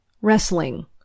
Wrestling